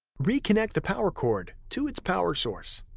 reconnect the power cord to its power source.